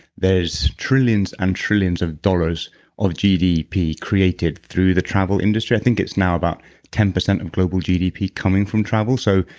there's trillions and trillions of dollars of gdp created through the travel industry. i think it's now about ten percent of global gdp coming from travel. so,